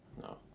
No